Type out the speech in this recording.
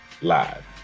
Live